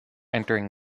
entering